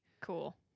Cool